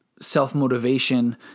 self-motivation